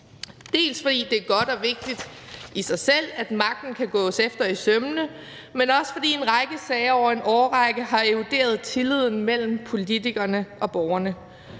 Dels fordi det er godt og vigtigt i sig selv, at magten kan gås efter i sømmene, men også fordi en række sager over en årrække har eroderet tilliden mellem politikerne og borgerne.